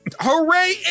Hooray